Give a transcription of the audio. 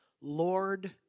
Lord